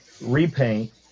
repaint